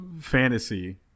fantasy